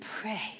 pray